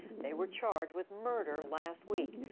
they were charged with murder last week,